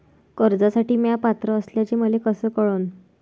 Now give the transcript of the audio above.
कर्जसाठी म्या पात्र असल्याचे मले कस कळन?